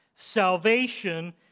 Salvation